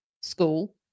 school